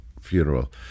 funeral